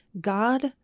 God